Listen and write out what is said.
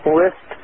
list